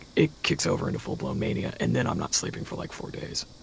it kicks over into full blown mania and then i'm not sleeping for like four days.